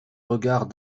regards